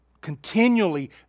continually